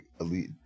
elite